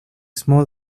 small